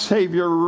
Savior